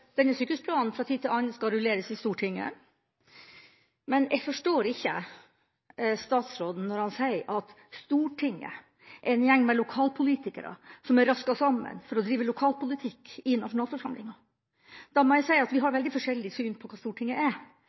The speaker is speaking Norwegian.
denne sykehusplanen fra tid til annen skal rullere i Stortinget. Men jeg forstår ikke statsråden når han sier at Stortinget er en gjeng med lokalpolitikere som er rasket sammen for å drive lokalpolitikk i nasjonalforsamlinga. Da må jeg si at vi har veldig forskjellig syn på hva Stortinget er.